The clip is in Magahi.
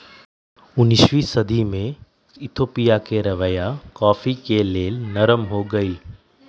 उनइस सदी में इथोपिया के रवैया कॉफ़ी के लेल नरम हो गेलइ